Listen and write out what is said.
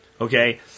Okay